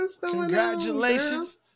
Congratulations